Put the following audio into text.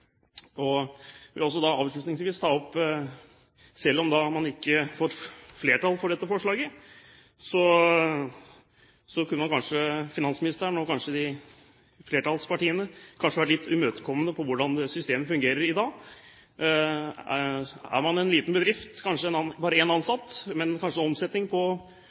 vil også avslutningsvis nevne, selv om man ikke får flertall for dette forslaget, at finansministeren og flertallspartiene kanskje kunne vært litt imøtekommende i forhold til hvordan systemet fungerer i dag. Er man en liten bedrift, kanskje bare med én ansatt, med en omsetning på